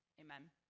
amen